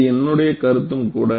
இது என்னுடைய கருத்தும் கூட